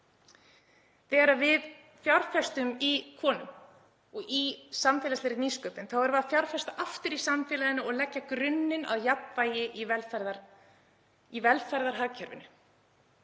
Þegar við fjárfestum í konum og í samfélagslegri nýsköpun erum við að fjárfesta aftur í samfélaginu og leggja grunninn að jafnvægi í velferðarhagkerfinu